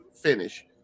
finish